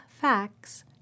facts